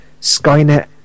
Skynet